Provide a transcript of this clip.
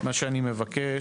מה שאני מבקש,